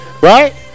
Right